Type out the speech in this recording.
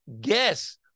guess